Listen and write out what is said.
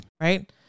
Right